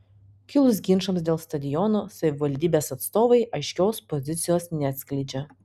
kilus ginčams dėl stadiono savivaldybės atstovai aiškios pozicijos neatskleidžia